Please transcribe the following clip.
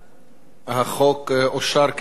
מי נמנע?